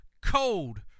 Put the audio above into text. cold